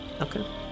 Okay